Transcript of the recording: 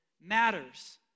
matters